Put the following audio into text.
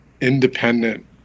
independent